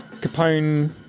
capone